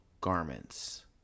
garments